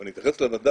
אני אתייחס למדד,